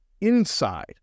inside